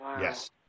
Yes